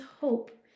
hope